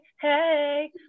Hey